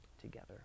together